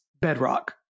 bedrock